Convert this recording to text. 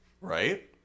Right